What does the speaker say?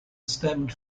stemmed